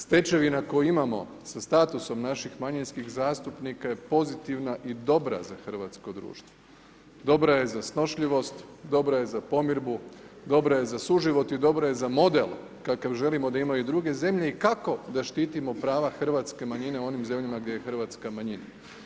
Stečevina koju imamo sa statusom naših manjinskih zastupnika je pozitivna i dobra za hrvatsko društvo, dobra je za snošljivost, dobra je za pomirbu, dobra je za suživot i dobra je za model kakav želimo da imaju i druge zemlje i kako da štitimo prava hrvatske manjine u onim zemljama gdje je Hrvatska manjina.